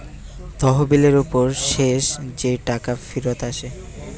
তহবিলের উপর শেষ যে টাকা ফিরত আসে